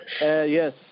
yes